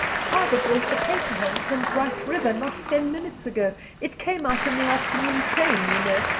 father brought the paper home from bright river not ten minutes ago it came out on the afternoon train, you know,